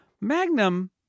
Magnum